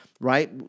right